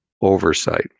oversight